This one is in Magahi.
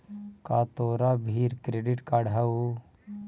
का तोरा भीर क्रेडिट कार्ड हउ?